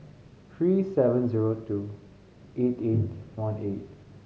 three seven zero two eight eight one eight